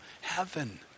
heaven